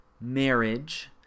marriage